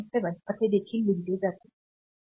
7 असे देखील लिहिले जाते